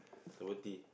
seventy